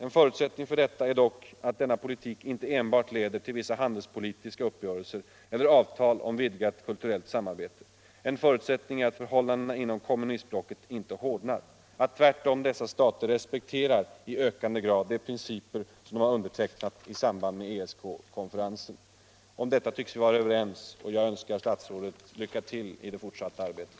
En förutsättning för detta är dock att denna politik inte enbart leder till vissa handelspolitiska uppgörelser eller avtal om vidgat kulturellt samarbete. En förutsättning måste också vara att förhållandena inom kommunistblocket inte hårdnar, utan att tvärtom dessa stater respekterar, i ökad grad, de principer som de har undertecknat i samband med ESK konferensen. Om detta tycks vi vara överens, och jag önskar statsrådet lycka till i det fortsatta arbetet.